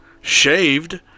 shaved